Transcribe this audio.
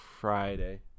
friday